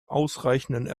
ausreichende